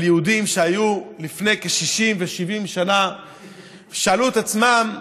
יהודים שהיו לפני כ-60 ו-70 שנה ושאלו את עצמם,